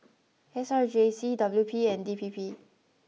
S R J C W P and D P P